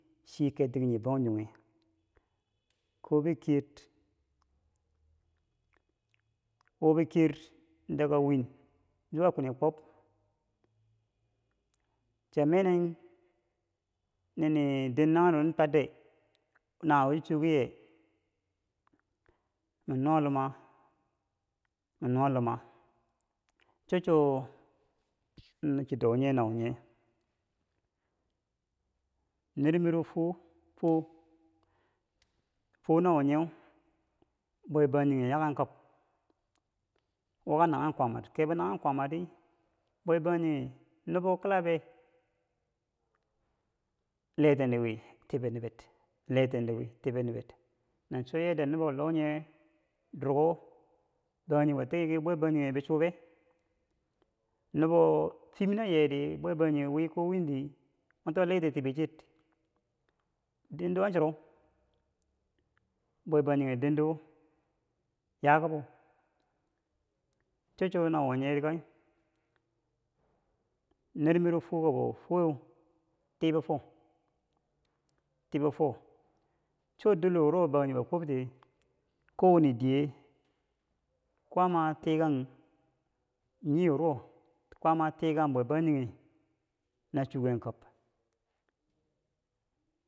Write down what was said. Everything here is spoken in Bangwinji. chi yi ye ket ti ki nyi bangjinghe ko bi kiyed wo bi kir daga win zuwa kwini kwab chiya mene nini den nanghero twadde nanghewo chi chuwo ki ye? nyen mi nwa luma mi nuwa luma cho chi do nye nawo nye nermiro fuwo fuwo nawo nyeu bwe bangjinghe bayaken kab wo ka nanyen kwaama kebo nanghen kwaamar di bwe bangjinghe nobo kilabe leten ti wi tiber niber leten ti wi tiber nuber nan cho yadda nubo lonye durko bangjinghebo toki ki bwebangjinghe bichube nubo diim nayeri bwebangjinghe wi ko wiin di mwito letenti wi tiber cher dendo an cheruu bwebangjinghe dendo yakabo cho- cho nawo nyenka nermiro fuwokako fuwoweu tibo fo tibo fo cho dilo wuro bangjinghebo kobti kowane diye kwaama tikan nyio wuro kwaama tikanghe bwebangjinghe nachuken kab.